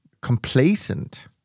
complacent